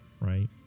right